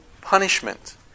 punishment